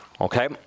Okay